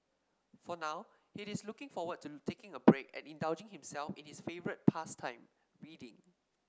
for now he is looking forward to taking a break and indulging himself in his favourite pastime reading